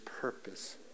purpose